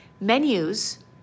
Menus